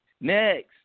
next